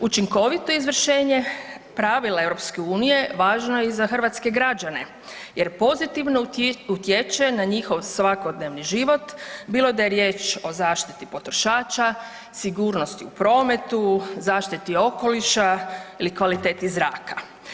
Učinkovito izvršenje pravila EU važno je i za hrvatske građane jer pozitivno utječe na njihov svakodnevni život bilo da je riječ o zaštiti potrošača, sigurnosti u prometu, zaštiti okoliša ili kvaliteti zraka.